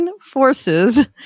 forces